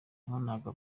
nabonaga